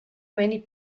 many